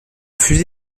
fusil